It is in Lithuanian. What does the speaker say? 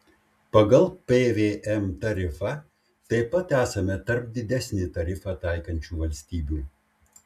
pagal pvm tarifą taip pat esame tarp didesnį tarifą taikančių valstybių